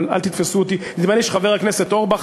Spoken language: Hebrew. אבל אל תתפסו אותי נדמה לי שחבר הכנסת אורבך,